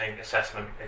assessment